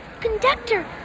Conductor